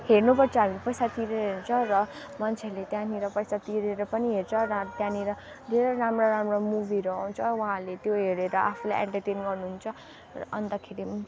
हेर्नुपर्छ हामीले पैसा तिरेर हेर्छौँ र मान्छेहरूले त्यहाँनिर पैसा तिरेर पनि हेर्छ र त्यहाँनिर धेरै राम्रो राम्रो मुवीहरू आउँछ र उहाँहरूले त्यो हेरेर आफूलाई एन्टरटेन गर्नुहुन्छ र अन्तखेरि